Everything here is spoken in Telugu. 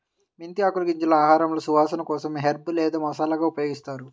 మెంతి ఆకులు, గింజలను ఆహారంలో సువాసన కోసం హెర్బ్ లేదా మసాలాగా ఉపయోగిస్తారు